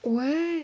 where